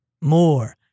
more